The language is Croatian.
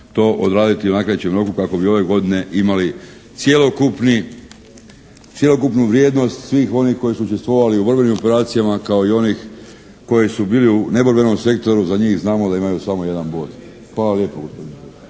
to odraditi u najkraćem roku kako bi ove godine imali cjelokupnu vrijednost svih onih koji su učestvovali u borbenim operacijama kao i onih koji su bili u neborbenom sektoru. Za njih znamo da imaju samo jedan bod. Hvala lijepo, gospodine